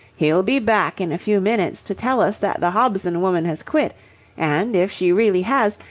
he'll be back in a few minutes to tell us that the hobson woman has quit and, if she really has,